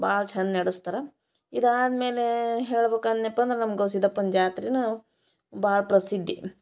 ಭಾಳ ಚೆಂದ ನಡಸ್ತಾರೆ ಇದಾದ್ಮೇಲೆ ಹೇಳ್ಬೇಕು ಅಂದ್ನ್ಯಪ್ಪ ಅಂದ್ರೆ ನಮ್ಮ ಗವ್ಸಿದ್ದಪ್ಪನ ಜಾತ್ರೆನೂ ಭಾಳ ಪ್ರಸಿದ್ದಿ